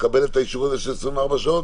לקבל את האישור הזה של 24 שעות,